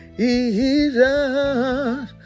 jesus